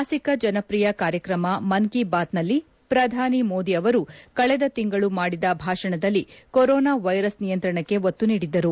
ಮಾಸಿಕ ಜನಪ್ರಿಯ ಕಾರ್ಯಕ್ರಮ ಮನ್ ಕಿ ಬಾತ್ನಲ್ಲಿ ಪ್ರಧಾನಿ ಮೋದಿ ಅವರು ಕಳೆದ ತಿಂಗಳು ಮಾಡಿದ ಭಾಷಣದಲ್ಲಿ ಕೊರೋನಾ ವೈರಸ್ ನಿಯಂತ್ರಣಕ್ಕೆ ಒತ್ತು ನೀಡಿದ್ದರು